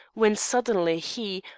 when suddenly he,